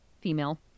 female